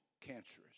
cancerous